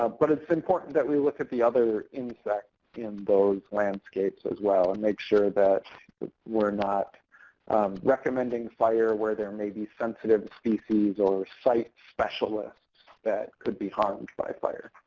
um but it's important that we look at the other insects in those landscapes as well and make sure that we're not recommending fire where there may be sensitive species or site specialists that could be harmed by fire.